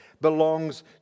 belongs